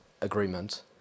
agreement